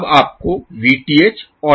अब आपको Vth और Zth मिल गया है